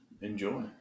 enjoy